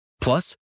Plus